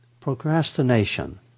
procrastination